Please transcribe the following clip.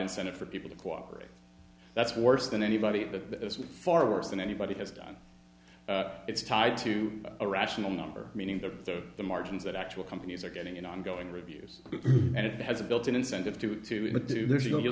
incentive for people to cooperate that's worse than anybody but that is far worse than anybody has done it's tied to a rational number meaning that the margins that actual companies are getting an ongoing reviews and it has a built in incentive to to do this you